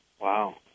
Wow